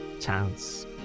chance